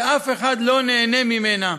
אף אחד לא נהנה ממנה,